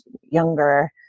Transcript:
younger